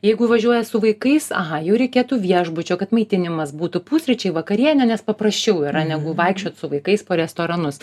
jeigu važiuojat su vaikais aha jau reikėtų viešbučio kad maitinimas būtų pusryčiai vakarienė nes paprasčiau yra negu vaikščiot su vaikais po restoranus